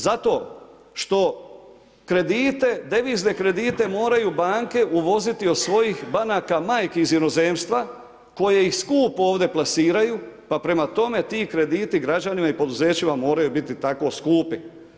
Zato što kredite, devizne kredite moraju banke uvoziti od svojih banaka majki iz inozemstva koje ih skupo ovdje plasiraju, pa prema tome ti krediti građanima i poduzećima moraju biti tako skupi.